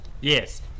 Yes